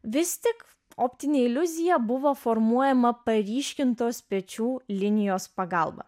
vis tik optinė iliuzija buvo formuojama paryškintos pečių linijos pagalba